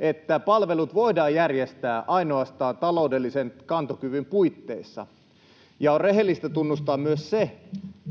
että palvelut voidaan järjestää ainoastaan taloudellisen kantokyvyn puitteissa, ja on rehellistä tunnustaa myös se,